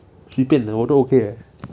随便 uh 我都 okay uh